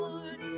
Lord